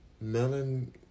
Melon